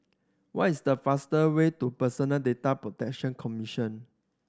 what is the fastest way to Personal Data Protection Commission